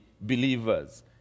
believers